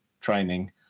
training